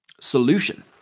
solution